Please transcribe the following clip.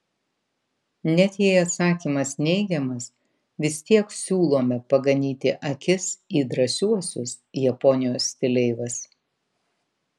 net jei atsakymas neigiamas vis tiek siūlome paganyti akis į drąsiuosius japonijos stileivas